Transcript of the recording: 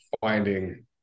finding